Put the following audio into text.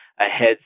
ahead